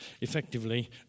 effectively